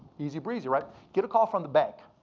easy, breezy, right? get a call from the bank.